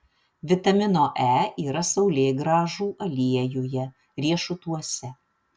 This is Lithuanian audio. vitamino e yra saulėgrąžų aliejuje riešutuose